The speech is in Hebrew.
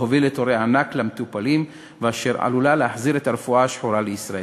להוביל לתורי ענק של המטופלים ולהחזיר את הרפואה השחורה לישראל.